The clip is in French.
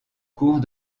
cours